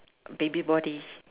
baby body